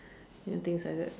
and things like that